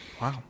Wow